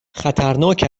خطرناک